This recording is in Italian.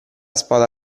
spada